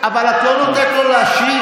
אבל את לא נותנת לו להשיב.